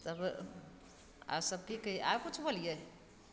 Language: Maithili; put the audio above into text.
तब आर सब की कहियै आर किछ बोलियै